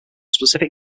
specific